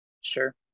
Sure